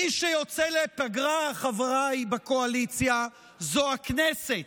מי שיוצא לפגרה, חבריי בקואליציה, זו הכנסת,